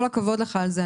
כל הכבוד לך על זה.